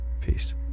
Peace